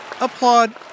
applaud